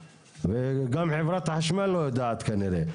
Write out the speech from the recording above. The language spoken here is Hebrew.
וגם חברת החשמל לא יודעת כנראה.